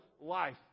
life